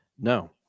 No